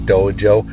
Dojo